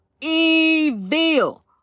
evil